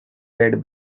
red